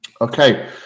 Okay